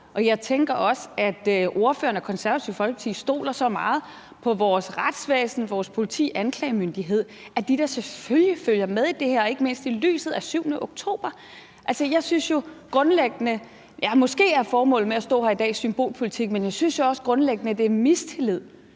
det ved jeg, at ordføreren og Det Konservative Folkeparti stoler så meget på vores retsvæsen, vores politi og vores anklagemyndighed, at de da selvfølgelig følger med i det her, ikke mindst i lyset af 7. oktober. Måske er formålet med at stå her i dag symbolpolitik, men jeg synes jo også grundlæggende, at det er mistillid